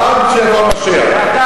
עד שיבוא המשיח.